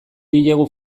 diegu